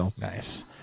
Nice